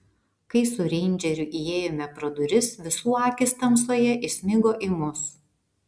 kai su reindžeriu įėjome pro duris visų akys tamsoje įsmigo į mus